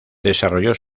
desarrolló